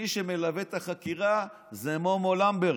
שמי שמלווה את החקירה זה מומו למברגר,